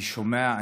אני שומע,